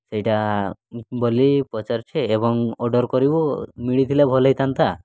ସେଇଟା ବୋଲି ପଚାରୁଛେ ଏବଂ ଅର୍ଡ଼ର୍ କରିବୁ ମିଳିଥିଲେ ଭଲ ହେଇଥାନ୍ତା